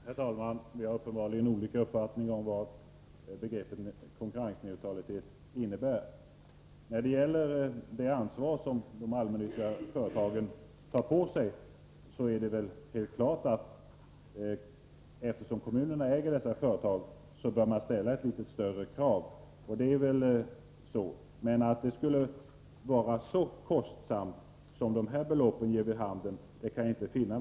Herr talman! Vi har uppenbarligen olika uppfattningar om vad begreppet konkurrensneutralitet innebär. När det gäller det ansvar som de allmännyttiga företagen tar på sig är det helt klart att man — eftersom kommunerna äger dessa företag — bör ställa litet större krav på dem. Men att detta större ansvar skulle vara så kostsamt som dessa siffror ger vid handen, kan jag inte finna.